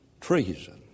Treason